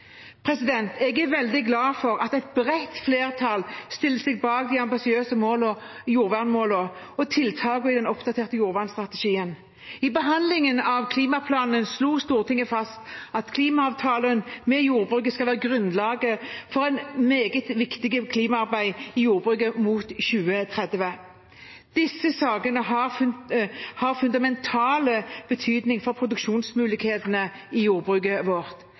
Jeg er veldig glad for at et bredt flertall stiller seg bak det ambisiøse jordvernmålet og tiltakene i den oppdaterte jordvernstrategien. I behandlingen av klimaplanen slo Stortinget fast at klimaavtalen med jordbruket skal være grunnlaget for det meget viktige klimaarbeidet i jordbruket mot 2030. Disse sakene har fundamental betydning for produksjonsmulighetene i jordbruket vårt.